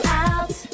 out